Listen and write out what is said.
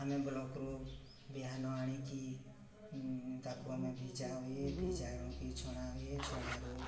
ଆମେ ବ୍ଲକରୁ ବିହନ ଆଣିକି ତାକୁ ଆମେ ଭିଜା ହୁଏ ଭିଜା ଆଣିକି ଛଣା ହୁଏ ଛଣାରୁ